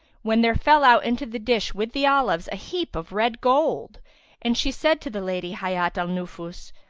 when there fell out into the dish with the olives a heap of red gold and she said to the lady hayat al-nufus,